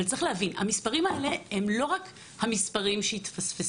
אבל צריך להבין המספרים האלה הם לא רק המספרים שהתפספסו.